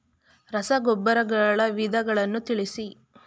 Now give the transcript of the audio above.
ರಸಗೊಬ್ಬರಗಳ ವಿಧಗಳನ್ನು ತಿಳಿಸಿ?